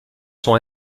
sont